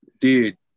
Dude